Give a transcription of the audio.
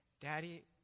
Daddy